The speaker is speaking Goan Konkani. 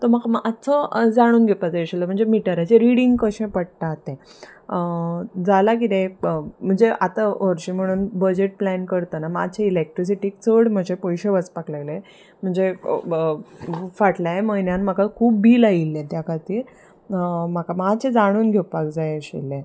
तो म्हाका मात्सो जाणून घेवपाक जाय आशिल्लो म्हणजे मिटराचे रिडींग कशें पडटा तें जालां कितें म्हणजे आतां हरशीं म्हणून बजेट प्लॅन करतना मात्शे इललेक्ट्रिसिटीक चड म्हशे पयशे वचपाक लागले म्हणजे फाटल्या म्हयन्यान म्हाका खूब बील आयिल्ले त्या खातीर म्हाका मात्शें जाणून घेवपाक जाय आशिल्लें